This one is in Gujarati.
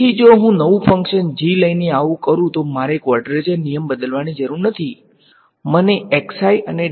તેથી જો હું નવું ફંક્શન g લઈને આવું તો મારે કવાડ્રેચર નિયમ બદલવાની જરૂર નથી મારી પાસે જે છે